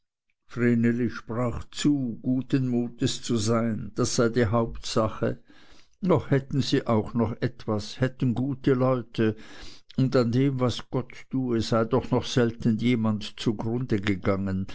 sprach zu guten muts zu sein das sei die hauptsache noch hätten sie auch noch etwas hätten gute leute und an dem was gott tue sei doch noch selten jemand zugrunde gegangen